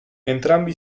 entrambi